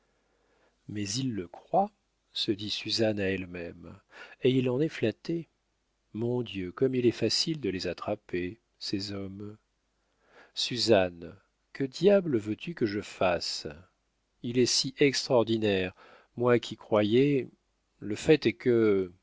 mais il le croit se dit suzanne à elle-même et il en est flatté mon dieu comme il est facile de les attraper ces hommes suzanne que diable veux-tu que je fasse il est si extraordinaire moi qui croyais le fait est que